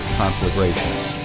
conflagrations